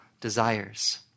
desires